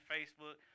Facebook